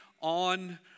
on